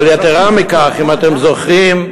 אבל יתרה מכך, אם אתם זוכרים,